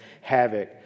havoc